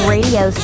Radio